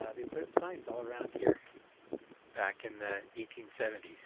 signs all around here back in the eighteen seventy s.